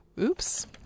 Oops